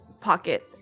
pocket